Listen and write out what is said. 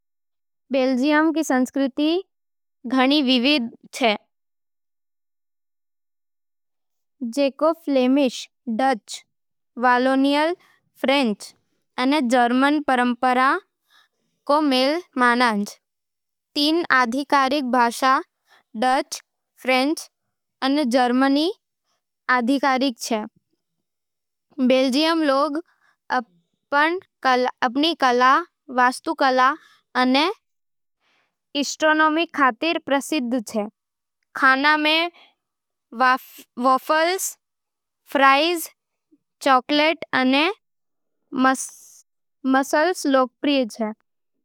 बेल्जियम रो संस्कृति घणी विविध होवे, जिको फ्लेमिश डच, वालोनियन फ्रेंच अने जर्मन परंपरावां रो मेल मिले। तीन आधिकारिक भाषावां—डच, फ्रेंच अने जर्मन—बोल्या जावे। बेल्जियन लोग अपन कला, वास्तुकला अने गैस्ट्रोनोमी खातर प्रसिद्ध होवे। खाना में वाफल्स, फ्राइज़, चॉकलेट अने मसल्स शंख लोकप्रिय होवे। कार्निवाल ऑफ बिन्श, ओममेगांग अने ब्रसेल्स फ्लावर कार्पेट खास त्यौहार होवे। पारंपरिक पहनावा में ऐतिहासिक परेड अने लोक नृत्य री वेशभूषा देखण ने मिले। बेल्जियम अपन मध्यकालीन शहर, यूरोपीय संघ रो मुख्यालय, कॉमिक्स टिनटिन अने बियर खातर दुनियाभर में प्रसिद्ध होवे।